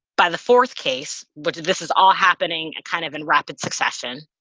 by the fourth case, which this is all happening kind of in rapid succession,